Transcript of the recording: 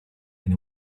and